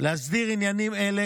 להסדיר עניינים אלה.